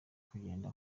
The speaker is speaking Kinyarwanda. kugenda